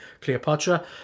Cleopatra